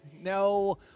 no